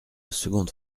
seconde